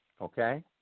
Okay